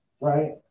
right